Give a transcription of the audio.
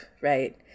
right